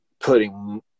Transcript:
putting